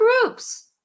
groups